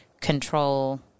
control